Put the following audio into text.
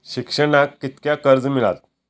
शिक्षणाक कीतक्या कर्ज मिलात?